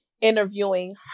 interviewing